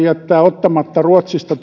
jättää ottamatta ruotsista